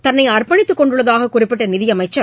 தன்னை அர்ப்பணித்துக் கொண்டுள்ளதாக குறிப்பிட்ட நிதி அமைச்சர்